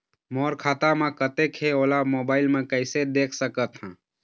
मोर खाता म कतेक हे ओला मोबाइल म कइसे देख सकत हन?